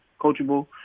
coachable